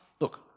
Look